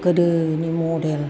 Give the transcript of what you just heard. गोदोनि मदेल